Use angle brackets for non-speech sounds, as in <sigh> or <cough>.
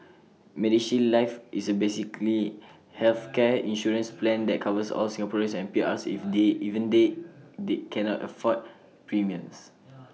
medishield life is A basically <noise> healthcare insurance plan that covers all Singaporeans and PRs if they even they they cannot afford premiums